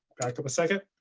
back up a second